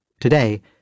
Today